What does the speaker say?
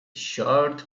short